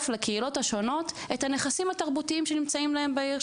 לקהילות השונות את הנכסים התרבותיים שנמצאים להם בעיר,